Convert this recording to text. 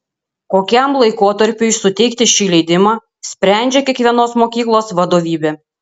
kokiam laikotarpiui suteikti šį leidimą sprendžia kiekvienos mokyklos vadovybė